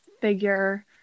figure